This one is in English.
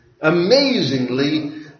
amazingly